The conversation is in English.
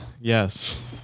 Yes